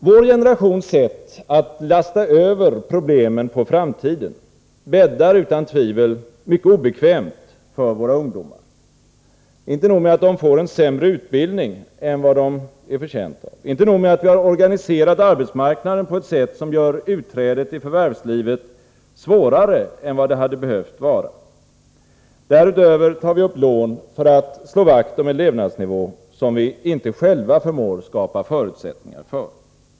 Vår generations sätt att lasta över problemen på framtiden bäddar utan tvivel mycket obekvämt för våra ungdomar. Inte nog med att de får en sämre utbildning än vad de är förtjänta av, inte nog med att vi har organiserat arbetsmarknaden på ett sätt som gör utträdet i förvärvslivet svårare än vad det behövt vara — därutöver tar vi upp lån för att slå vakt om en levnadsnivå som vi inte själva förmår skapa förutsättningar för.